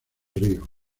río